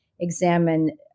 examine